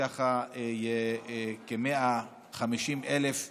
וככה כ-150,000 נהגים,